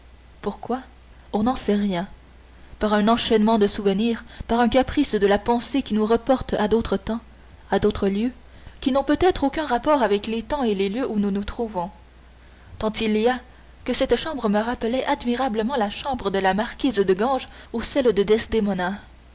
pourquoi on n'en sait rien par un enchaînement de souvenirs par un caprice de la pensée qui nous reporte à d'autres temps à d'autres lieux qui n'ont peut-être aucun rapport avec les temps et les lieux où nous nous trouvons tant il y a que cette chambre me rappelait admirablement la chambre de la marquise de ganges ou celle de